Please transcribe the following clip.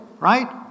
Right